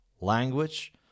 language